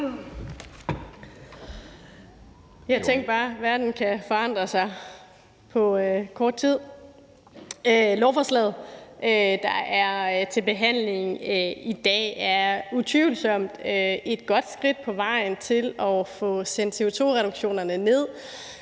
Tænk bare. Verden kan forandre sig på kort tid. Lovforslaget, der er til behandling i dag, er utvivlsomt et godt skridt på vejen til at få sendt CO2-udledningerne ned,